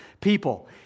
people